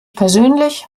persönlich